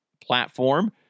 platform